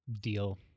deal